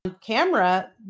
camera